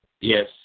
Yes